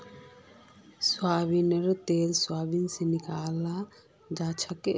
सोयाबीनेर तेल सोयाबीन स निकलाल जाछेक